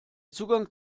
zugang